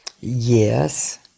Yes